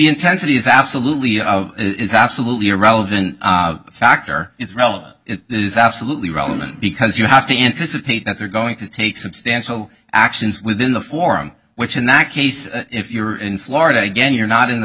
intensity is absolutely of is absolutely irrelevant factor is relevant it is absolutely relevant because you have to anticipate that they're going to take substantial actions within the forum which in that case if you're in florida again you're not in the